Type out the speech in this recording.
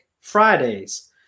Fridays